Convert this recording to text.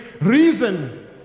reason